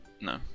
No